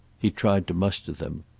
he tried to muster them.